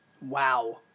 Wow